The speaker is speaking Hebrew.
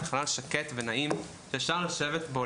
זה חלל שקט ונעים שאפשר לשבת בו,